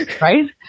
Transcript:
Right